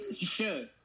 Sure